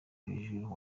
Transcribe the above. hejuru